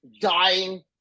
dying